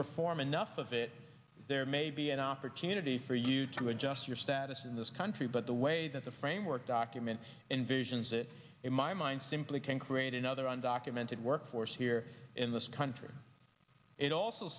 perform enough of it there may be an opportunity for you to adjust your status in this country but the way that the framework document envisions it in my mind simply can create another undocumented workforce here in this country it also